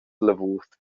lavurs